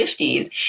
50s